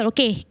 Okay